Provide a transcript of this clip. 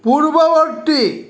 পূৰ্ৱবৰ্তী